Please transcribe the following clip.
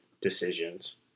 decisions